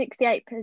68